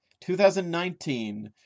2019